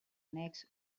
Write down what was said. annex